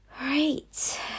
Right